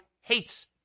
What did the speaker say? hates